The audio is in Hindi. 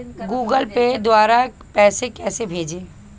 गूगल पे द्वारा पैसे कैसे भेजें?